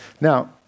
Now